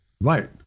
Right